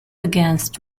against